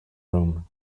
room